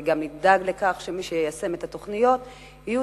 וגם נדאג שמי שיישמו את התוכניות יהיו